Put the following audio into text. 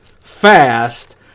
fast